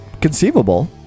conceivable